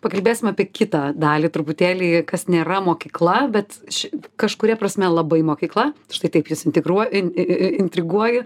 pakalbėsim apie kitą dalį truputėlį kas nėra mokykla bet ši kažkuria prasme labai mokykla štai taip jus integruo i i intriguoju